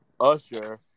Usher